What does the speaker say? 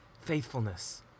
faithfulness